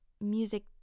music